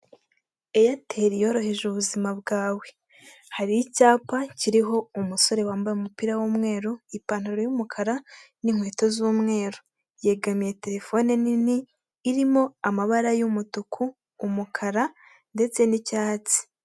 Eyateli yoroheje ubuzima bwawe, hari icyapa kiriho umusore wambaye umupira w'umweru ipantaro y'umukara n'inkweto z'umweru yegamiye telefone nini irimo amabara y'umutuku umukara ndetse n'icyatsi.